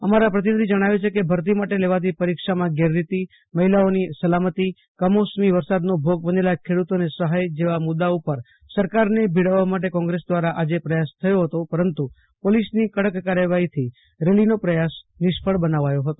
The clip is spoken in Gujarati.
અમારા પ્રતિનિધિ જણાવે છે કે ભરતી માટે લેવાતી પરીક્ષામાં ગેરરીતિ મહિલાઓની સલામતી કમોસમી વરસાદનો ભોગ બનેલા ખેડૂતોને સહાય જેવા મુદ્દા ઉપર સરકારને ભીડાવવા માટે કોંગ્રેસ દ્વારા આજે પ્રયાસ થયો હતો પરંતુ પોલીસની કડક કાર્યવાહીથી રેલીનો પ્રયાસ નિષ્ફળ બનાવાયો હતો